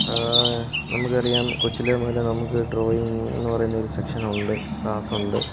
നമുക്കറിയാം കൊച്ചിലെ മുതൽ നമുക്ക് ഡ്രോയിങ് എന്ന് പറയുന്ന സെക്ഷൻ ഉണ്ട് ക്ലാസ്സ് ഉണ്ട്